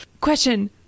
Question